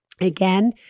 Again